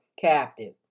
captive